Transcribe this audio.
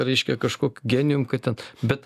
reiškia kažkokiu genijum kad ten bet